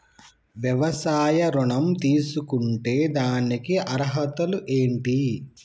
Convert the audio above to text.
వ్యవసాయ ఋణం తీసుకుంటే దానికి అర్హతలు ఏంటి?